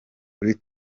kuri